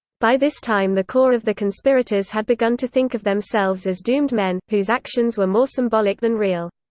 by this time the core of the conspirators had begun to think of themselves as doomed men, whose actions were more symbolic than real.